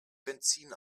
benzin